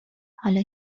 حالا